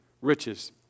riches